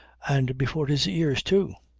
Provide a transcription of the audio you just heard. and before his ears too,